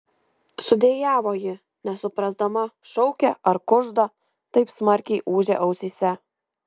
sudejavo ji nesuprasdama šaukia ar kužda taip smarkiai ūžė ausyse